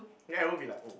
then everyone will be like oh